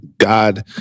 God